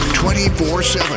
24-7